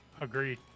Agreed